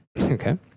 Okay